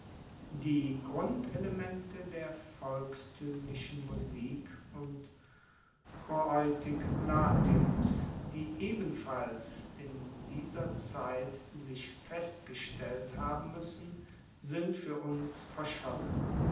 die grundelemente der volkstuemlichen musik und choreutik latiums die ebenfalls in dieser zeit sich festgestellt haben muessen sind fuer uns verschollen